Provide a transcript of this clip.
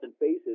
faces